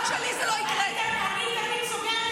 אינו נוכח,